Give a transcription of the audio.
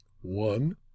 One